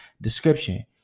description